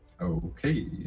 Okay